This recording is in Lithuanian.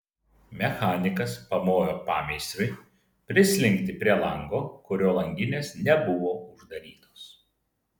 mechanikas pamojo pameistriui prislinkti prie lango kurio langinės nebuvo uždarytos